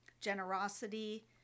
generosity